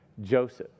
Joseph